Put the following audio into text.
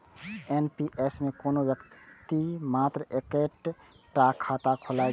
NPS मे कोनो व्यक्ति मात्र एक्के टा खाता खोलाए सकैए